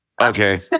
Okay